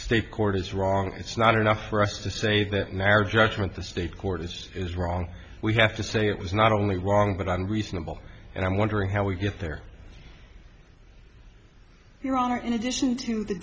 state court is wrong it's not enough for us to say that marriage judgement the state quarters is wrong we have to say it was not only wrong but i'm reasonable and i'm wondering how we get there your honor in addition to the